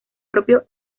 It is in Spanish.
propio